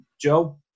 Joe